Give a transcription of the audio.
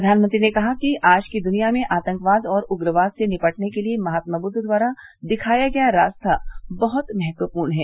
प्रधानमंत्री ने कहा कि आज की दुनिया में आतंकवाद और उग्रवाद से निपटने के लिए महात्मा दुद्व द्वारा दिखाया गया रास्ता बहुत महत्वपूर्ण है